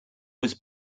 was